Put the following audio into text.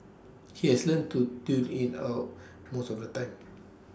he has learnt to tune in out most of the time